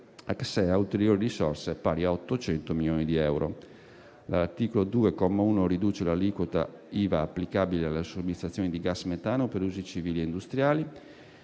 a CSEA ulteriori risorse, pari a 800 milioni di euro. L'articolo 2, comma 1, riduce l'aliquota IVA applicabile alla somministrazione di gas metano per usi civili e industriali.